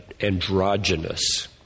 androgynous